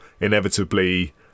inevitably